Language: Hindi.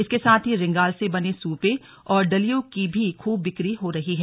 इसके साथ ही रिंगाल से बने सूपे और डलियों की भी खूब बिक्री हो रही है